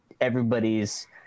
everybody's